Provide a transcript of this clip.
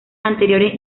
anteriores